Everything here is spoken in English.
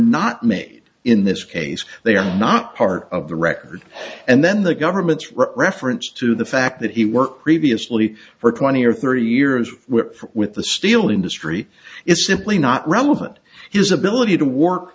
not made in this case they are not part of the record and then the government's reference to the fact that he worked previously for twenty or thirty years with the steel industry is simply not relevant his ability to work